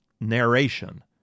narration